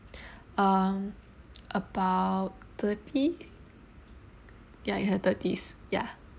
uh about thirty ya in her thirties ya